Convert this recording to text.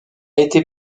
été